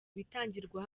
bitangirwa